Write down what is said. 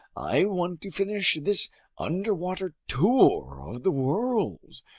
i want to finish this underwater tour of the world,